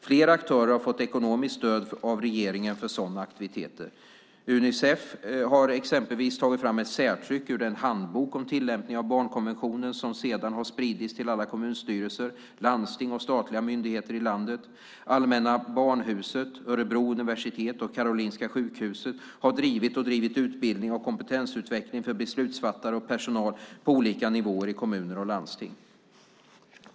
Flera aktörer har fått ekonomiskt stöd av regeringen för sådana aktiviteter. Unicef har exempelvis tagit fram ett särtryck ur den handbok om tillämpningen av barnkonventionen som sedan har spridits till alla kommunstyrelser, landsting och statliga myndigheter i landet. Allmänna Barnhuset, Örebro universitet och Karolinska sjukhuset har drivit och driver utbildning och kompetensutveckling för beslutsfattare och personal på olika nivåer i kommuner och landsting.